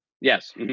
Yes